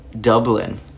Dublin